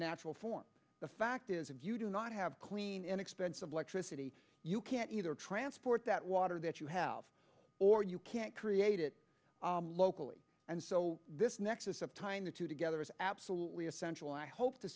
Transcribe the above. natural form the fact is if you do not have clean inexpensive electricity you can either transport that water that you have or you can't create it locally and so this nexus of tying the two together is absolutely essential i hope to